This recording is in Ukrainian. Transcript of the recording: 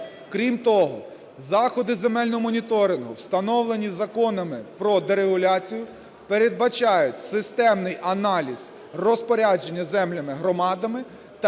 Крім того, заходи земельного моніторингу, встановлені законами про дерегуляцію, передбачають системний аналіз розпорядження землями громадами та